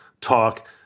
talk